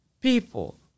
people